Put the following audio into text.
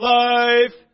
life